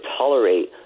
tolerate